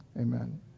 Amen